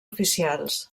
oficials